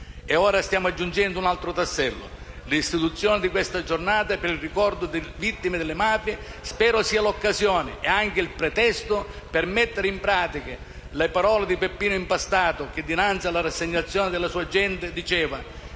ora stiamo aggiungendo un altro tassello. L'istituzione della Giornata per il ricordo delle vittime di mafia spero sia l'occasione e anche il pretesto per mettere in pratica le parole di Peppino Impastato che, dinanzi alla rassegnazione della sua gente, diceva: